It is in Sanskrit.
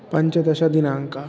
पञ्चदशदिनाङ्कः